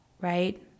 right